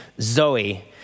Zoe